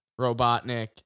Robotnik